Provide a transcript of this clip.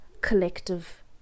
collective